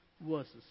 verses